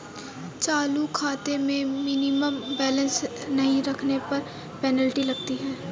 चालू खाते में मिनिमम बैलेंस नहीं रखने पर पेनल्टी लगती है